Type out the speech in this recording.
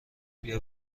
بیا